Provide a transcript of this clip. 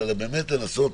אלא לנסות